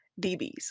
dbs